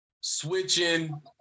Switching